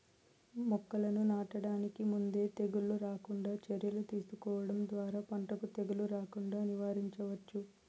మొక్కలను నాటడానికి ముందే తెగుళ్ళు రాకుండా చర్యలు తీసుకోవడం ద్వారా పంటకు తెగులు రాకుండా నివారించవచ్చు